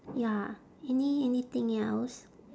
ya any~ anything else